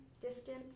distance